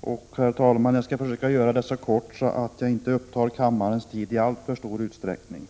Jag skall försöka vara så kortfattad att jag inte upptar kammarens tid i alltför stor utsträckning.